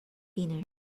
dinner